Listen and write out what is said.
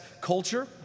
culture